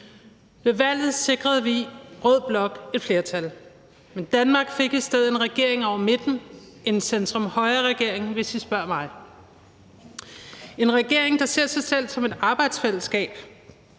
Ved valget sikrede vi rød blok et flertal, men Danmark fik i stedet en regering hen over midten, en centrum-højre-regering, hvis I spørger mig. Det er en regering, der ser sig selv som et arbejdsfællesskab;